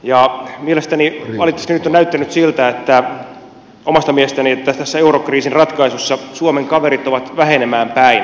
valitettavasti nyt on näyttänyt siltä omasta mielestäni että tässä eurokriisin ratkaisussa suomen kaverit ovat vähenemään päin